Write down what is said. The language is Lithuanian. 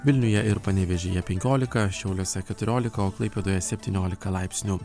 vilniuje ir panevėžyje penkiolika šiauliuose keturiolika o klaipėdoje septyniolika laipsnių